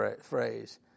phrase